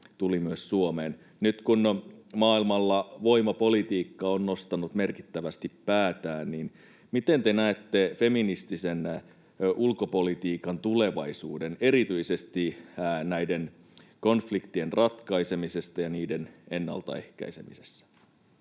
tuli myös Suomeen: nyt kun maailmalla voimapolitiikka on nostanut merkittävästi päätään, miten te näette feministisen ulkopolitiikan tulevaisuuden erityisesti näiden konfliktien ratkaisemisessa ja niiden ennaltaehkäisemisessä?